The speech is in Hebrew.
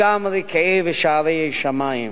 גם רקיעי, שערי שמים.